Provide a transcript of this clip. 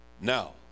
now